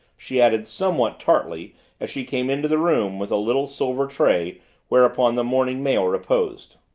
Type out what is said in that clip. she added somewhat tartly as she came into the room with a little silver tray whereupon the morning mail reposed.